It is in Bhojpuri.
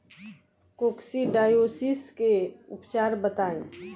कोक्सीडायोसिस के उपचार बताई?